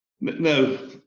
No